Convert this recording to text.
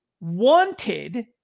wanted